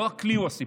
לא הכלי הוא הסיפור.